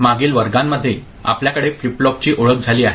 मागील वर्गांमध्ये आपल्याकडे फ्लिप फ्लॉपची ओळख झाली आहे